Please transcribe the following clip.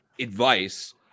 advice